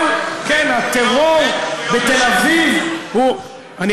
אבל כן, הטרור בתל-אביב הוא, בן-גוריון אשם.